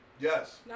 Yes